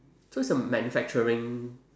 so it's a manufacturing